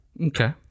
Okay